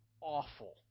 awful